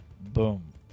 boom